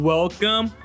Welcome